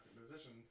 position